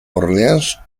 orleans